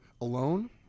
alone